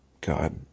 God